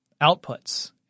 outputs